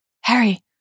Harry